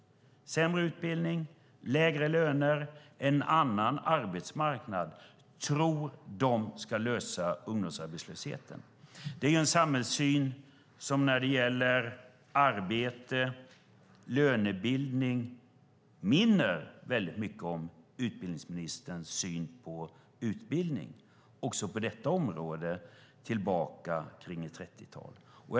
Han vill ha sämre utbildning, lägre löner och en annan arbetsmarknad. Det är detta man tror ska lösa ungdomsarbetslösheten. Det är en samhällssyn som när det gäller arbete och lönebildning minner mycket om utbildningsministerns syn på utbildning. Också på detta område vill han gå tillbaka till 30-talet.